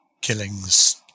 killings